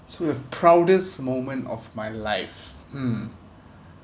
so the proudest moment of my life hmm